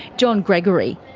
john gregory.